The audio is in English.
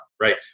Right